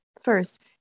First